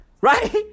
right